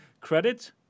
credit